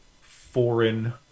foreign